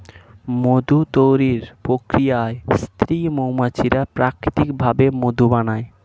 মধু তৈরির প্রক্রিয়ায় স্ত্রী মৌমাছিরা প্রাকৃতিক ভাবে মধু বানায়